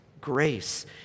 grace